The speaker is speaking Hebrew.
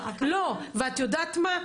ואת יודעת מה?